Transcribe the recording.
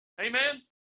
Amen